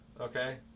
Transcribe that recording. Okay